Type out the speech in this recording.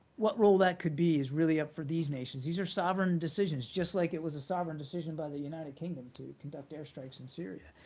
what role that could be is really up for these nations. these are sovereign decisions, just like it was a sovereign decision by the united kingdom to conduct airstrikes in syria.